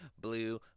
blue